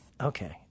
Okay